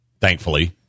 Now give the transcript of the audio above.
thankfully